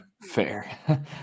fair